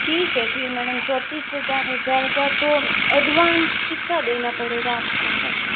ठीक है फिर मैडम चौतीस हजार हो जायेगा तो एडवांस कितना देना पड़ेगा आपको पहले